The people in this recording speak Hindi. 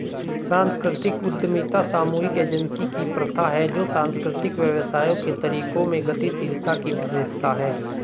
सांस्कृतिक उद्यमिता सामूहिक एजेंसी की प्रथा है जो सांस्कृतिक व्यवसायों के तरीकों में गतिशीलता की विशेषता है